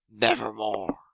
Nevermore